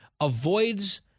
avoids